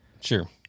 Sure